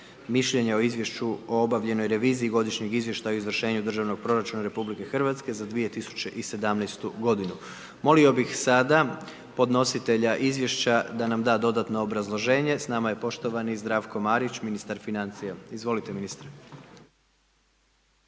mišljenja o izvješću o obavljenoj reviziji godišnjeg izvještaja o izvršenju državnog proračuna RH, za 2017. g. Molio bi sada podnositelja izvješća da nam da dodatno obrazloženje, s nama je poštovani Zdravko Marić, ministar financija. Izvolite ministre.